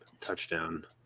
touchdown